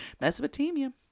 mesopotamia